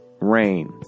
rain